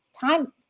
time